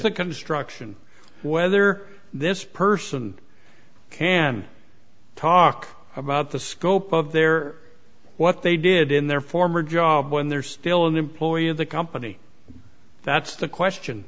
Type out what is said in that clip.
the construction whether this person can talk about the scope of their what they did in their former job when they're still an employee of the company that's the question